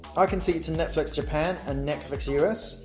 i can see it's in netflix japan and netflix us.